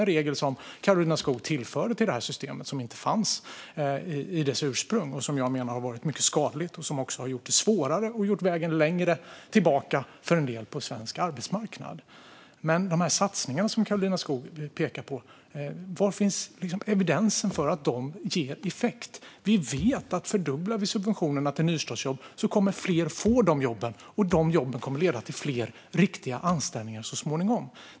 Det är till följd av en regel som Karolina Skog tillförde till det här systemet, som inte fanns ursprungligen och som jag menar har varit mycket skadlig och också har gjort det svårare och vägen tillbaka längre för en del på svensk arbetsmarknad. Satsningarna som Karolina Skog pekar på - var finns evidensen för att de ger effekt? Vi vet att om vi fördubblar subventionerna till nystartsjobb kommer fler att få de jobben, och de jobben kommer att leda till fler riktiga anställningar så småningom.